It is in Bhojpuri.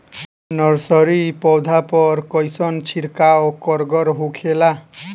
नर्सरी पौधा पर कइसन छिड़काव कारगर होखेला?